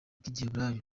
rw’igiheburayi